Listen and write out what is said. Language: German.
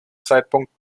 zeitpunkt